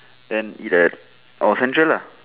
then eat at or central lah